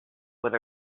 with